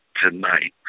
tonight